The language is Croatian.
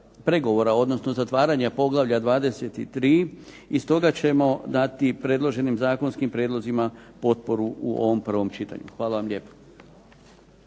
pregovora, odnosno zatvaranja poglavlja 23. i stoga ćemo dati predloženim zakonskim prijedlozima potporu u ovom prvom čitanju. Hvala vam lijepa.